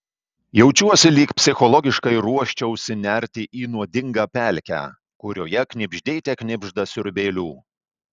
jaučiuosi lyg psichologiškai ruoščiausi nerti į nuodingą pelkę kurioje knibždėte knibžda siurbėlių